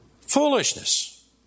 Foolishness